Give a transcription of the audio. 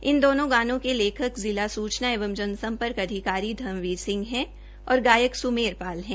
इन दोनों गानों के लेखक जिला सूचना एवं जन सम्पर्क अधिकारी धर्मवीर सिंह है और गायक सुमरे पाल है